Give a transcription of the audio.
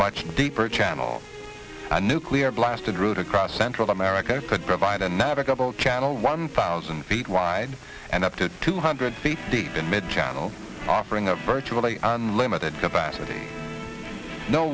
much deeper channel a nuclear blast and route across central america could provide a navigable channel one thousand feet wide and up to two hundred feet deep in mid channel offering a virtually unlimited capacity no